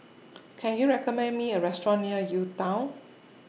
Can YOU recommend Me A Restaurant near UTown